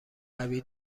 قوی